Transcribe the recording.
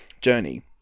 journey